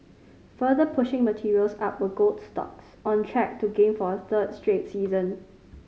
further pushing materials up were gold stocks on track to gain for a third straight session